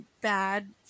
bad